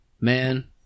man